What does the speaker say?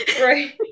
right